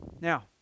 Now